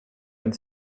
and